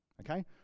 okay